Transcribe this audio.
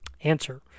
Answer